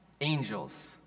Angels